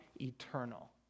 eternal